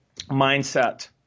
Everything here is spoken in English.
mindset